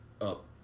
up